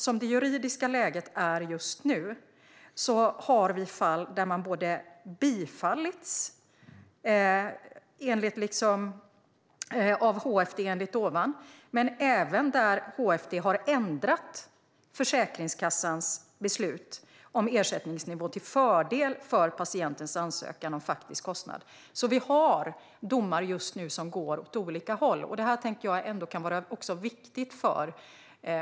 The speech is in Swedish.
Som det juridiska läget är just nu finns fall som bifallits av HFD men även fall där HFD har ändrat Försäkringskassans beslut om ersättningsnivå till fördel för patientens ansökan om ersättning för faktisk kostnad. Vi har alltså domar just nu som går åt olika håll.